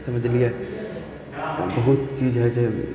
समझलियै तऽ बहुत चीज हइ छै